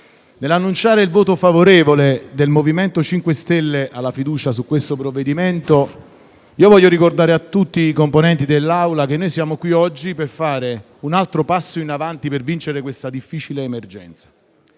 nell'annunciare il voto favorevole del MoVimento 5 Stelle alla questione di fiducia posta sul provvedimento in esame, desidero ricordare a tutti i componenti dell'Assemblea che noi siamo qui oggi per fare un altro passo in avanti per vincere questa difficile emergenza.